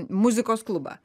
muzikos klubą